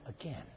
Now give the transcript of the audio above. again